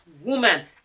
woman